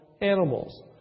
animals